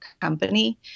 company